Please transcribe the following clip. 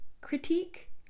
critique